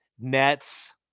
Nets